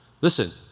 Listen